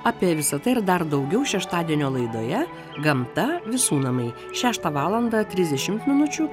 apie visa tai ir dar daugiau šeštadienio laidoje gamta visų namai šeštą valandą trisdešimt minučių